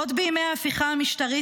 עוד בימי ההפיכה המשטרית,